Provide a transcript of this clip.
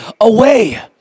away